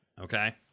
okay